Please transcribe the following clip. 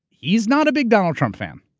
he's not a big donald trump fan.